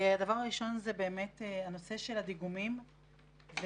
הדבר הראשון הוא באמת הנושא של הדיגומים והמחדל,